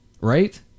Right